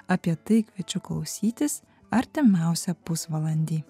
apie tai kviečiu klausytis artimiausią pusvalandį